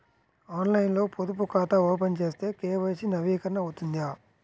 ఆన్లైన్లో పొదుపు ఖాతా ఓపెన్ చేస్తే కే.వై.సి నవీకరణ అవుతుందా?